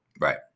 Right